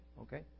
Okay